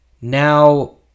Now